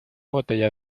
botella